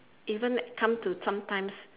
even come to sometimes